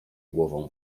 głową